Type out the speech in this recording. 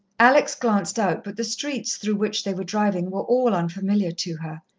alex glanced out, but the streets through which they were driving were all unfamiliar to her.